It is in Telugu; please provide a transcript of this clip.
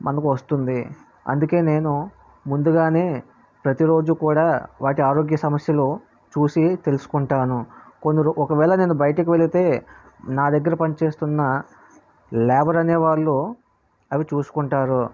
మనకు వస్తుంది అందుకని నేను ముందుగా ప్రతి రోజు కూడా వాటి ఆరోగ్య సమస్యలు చూసి తెలుసుకుంటాను కొన్ని ఒకవేళ నేను బయటకి వెళితే నా దగ్గర పని చేస్తున్న లేబర్ అనే వాళ్ళు అవి చూసుకుంటారు